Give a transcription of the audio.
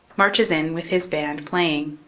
marches in with his band playing.